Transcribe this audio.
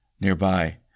Nearby